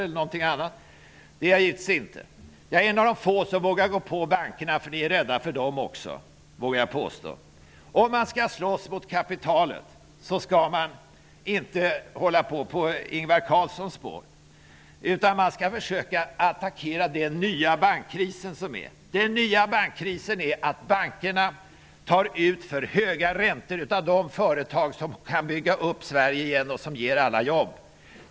Nej, det är jag givetvis inte. Jag är en av de få som vågar gå på bankerna -- ni är rädda för dem också, vågar jag påstå. Om man skall slåss mot kapitalet skall man inte köra på Ingvar Carlssons spår, utan man skall försöka attackera den nya bankkrisen. Den består i att bankerna tar ut för höga räntor av de företag som skulle kunna bygga upp Sverige igen och ge alla jobb.